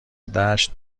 دشت